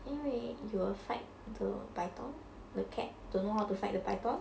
因为 you will fight the python the cat don't know how to fight the python